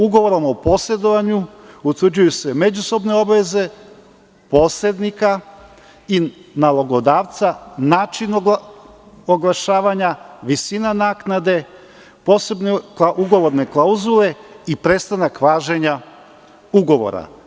Ugovorom o posredovanju utvrđuju se međusobne obaveze posrednika i nalogodavca, način oglašavanja, visina naknade, posebne ugovorne klauzule i prestanak važenja ugovora.